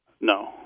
No